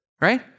right